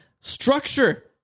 structure